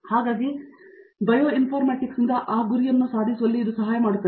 ಹಾಗಾಗಿ ಬಯೋಇನ್ಫರ್ಮ್ಯಾಟಿಕ್ಸ್ನಿಂದ ಆ ಗುರಿಯನ್ನು ಸಾಧಿಸುವಲ್ಲಿ ಇದು ಸಹಾಯ ಮಾಡುತ್ತದೆ